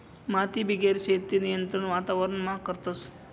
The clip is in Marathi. मातीबिगेर शेती नियंत्रित वातावरणमा करतस